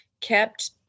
kept